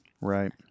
Right